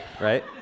right